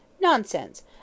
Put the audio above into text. Nonsense